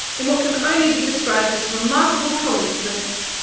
in what can only be described as remarkable coincidence,